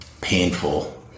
painful